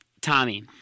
Tommy